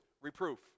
Reproof